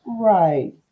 Right